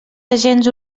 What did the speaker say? agents